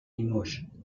limoges